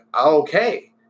okay